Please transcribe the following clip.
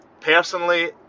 personally